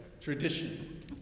Tradition